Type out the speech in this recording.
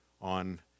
on